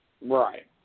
Right